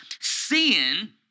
sin